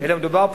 אלא מדובר,